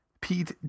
pete